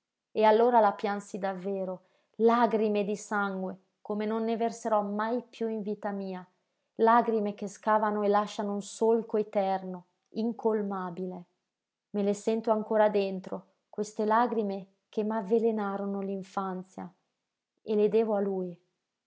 e allora la piansi davvero lagrime di sangue come non ne verserò mai piú in vita mia lagrime che scavano e lasciano un solco eterno incolmabile me le sento ancora dentro queste lagrime che m'avvelenarono l'infanzia e le devo a lui